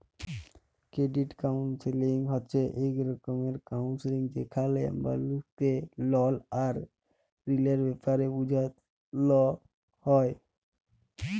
credit counselling হছে ইক রকমের কাউলসেলিংযেখালে মালুসকে লল আর ঋলের ব্যাপারে বুঝাল হ্যয়